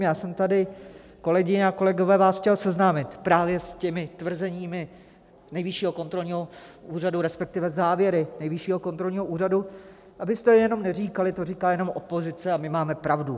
Já jsem vás tady, kolegyně a kolegové, chtěl seznámit právě s těmi tvrzeními Nejvyššího kontrolního úřadu, respektive závěry Nejvyššího kontrolního úřadu, abyste jenom neříkali, to říká jenom opozice a my máme pravdu.